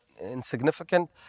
insignificant